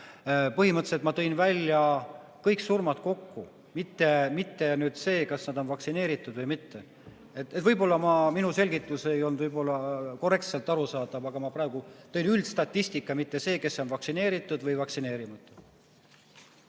Põhimõtteliselt ma tõin välja kõik surmad kokku, mitte selle, kas inimesed olid vaktsineeritud või mitte. Võib-olla minu selgitus ei olnud korrektselt arusaadav, aga ma praegu tõin üldstatistika, mitte selle, kes on vaktsineeritud või vaktsineerima.